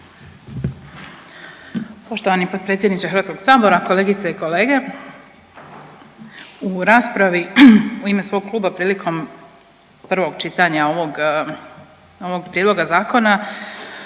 Poštovani potpredsjedniče Hrvatskog sabora, kolegice i kolege. U raspravi u ime svog kluba prilikom prvog čitanja ovog prijedloga zakona